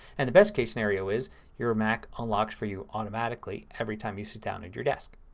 and the best case scenario is your mac unlocks for you automatically every time you sit down at your desk.